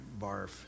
barf